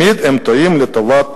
הם תמיד טועים לטובת